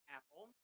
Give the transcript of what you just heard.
Apple